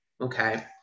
Okay